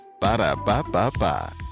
Ba-da-ba-ba-ba